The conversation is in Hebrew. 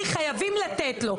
חייבים לתת לו.